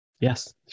Yes